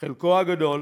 חלקו הגדול.